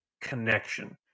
connection